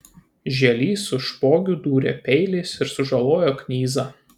žielys su špogiu dūrė peiliais ir sužalojo knyzą